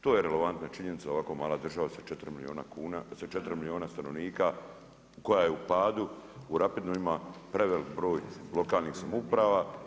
To je relevantna činjenica, ovako mala država sa 4 milijuna stanovnika, koja je u padu, u rapidnom, ima prevelik broj lokalnih samouprave.